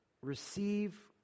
receive